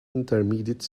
intermediate